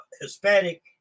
Hispanic